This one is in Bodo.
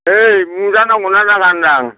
नै मुजा नांगौ ना नाङा होनदां